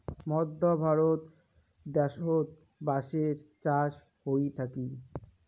মধ্য ভারত দ্যাশোত বাঁশের চাষ হই থাকি